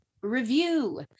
review